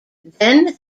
then